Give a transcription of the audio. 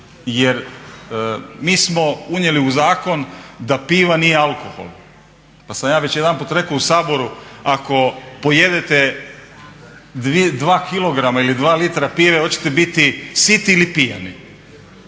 jer mi smo unijeli u zakon da piva nije alkohol, pa sam ja već jedanput rekao u Saboru ako pojedete dva kilograma ili dva litra pive hoćete biti siti ili pijani.